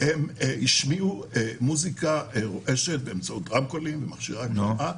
הם השמיעו מוסיקה רועשת באמצעות רמקולים ומכשירי הגברה.